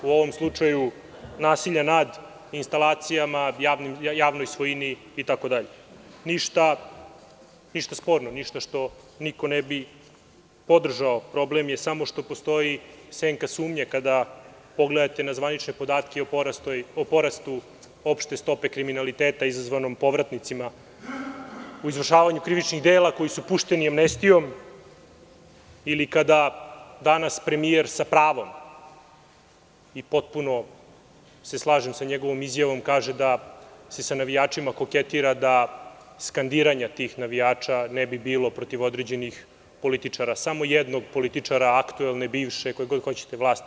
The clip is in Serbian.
U ovom slučaju, nasilja nad instalacijama, javnoj svojini itd, ništa sporno, ništa što niko ne bi podržao, jer problem je samo što postoji senka sumnje kada pogledate na zvanične podatke o porastu opšte stope kriminaliteta, a to je izazvano povratnicima u izvršavanju krivičnih dela, koji su pušteni amnestijom ili kada danas premijer sa pravom i potpuno se tu slažem sa njegovom izjavom kada kaže da se sa navijačima koketira, da skandiranje tih navijača ne bi bilo protiv određenih političara, samo jednog političara, aktuelne, bivše, koje god hoćete vlasti.